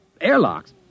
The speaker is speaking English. airlocks